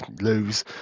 lose